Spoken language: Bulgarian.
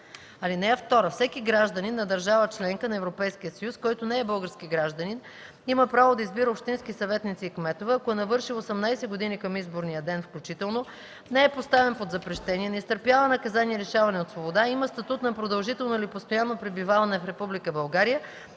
място. (2) Всеки гражданин на държава – членка на Европейския съюз, който не е български гражданин, има право да избира общински съветници и кметове, ако е навършил 18 години към изборния ден включително, не е поставен под запрещение, не изтърпява наказание лишаване от свобода, има статут на продължително или постоянно пребиваващ в